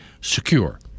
secure